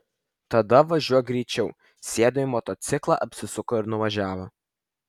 tada važiuok greičiau sėdo į motociklą apsisuko ir nuvažiavo